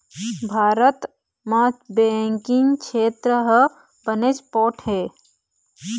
भारत म बेंकिंग छेत्र ह बनेच पोठ हे